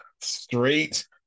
straight